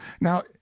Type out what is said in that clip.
Now